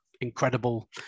incredible